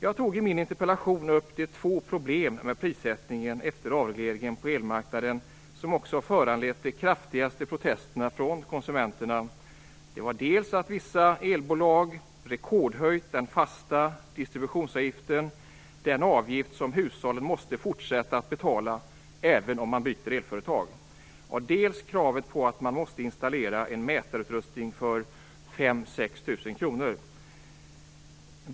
I min interpellation tog jag upp de två problem med prissättningen efter avregleringen på elmarknaden som också har föranlett de kraftigaste protesterna från konsumenterna. Det är dels att vissa elbolag rekordhöjt den fasta distributionsavgiften, den avgift som hushållen måste fortsätta att betala även om de byter elföretag, dels kravet på att hushållen måste installera en mätarutrustning för 5 000-6 000 kr.